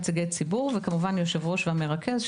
ציבור, וכמובן היושב-ראש והמרכז.